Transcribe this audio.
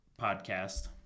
podcast